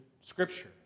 Scripture